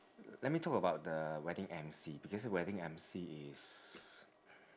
let me talk about the wedding emcee because wedding emcee is